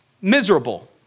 miserable